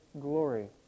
glory